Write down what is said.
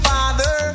Father